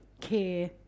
care